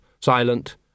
silent